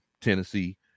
Tennessee